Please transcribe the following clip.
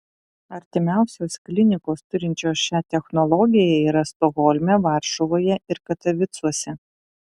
artimiausios klinikos turinčios šią technologiją yra stokholme varšuvoje ir katovicuose